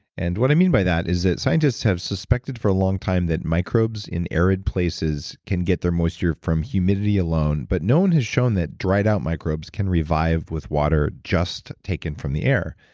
and what i mean by that is that scientists have suspected for a long time that microbes in arid places can get their moisture from humidity alone, but no one has shown that dried out microbes can revive with water just taken from the air,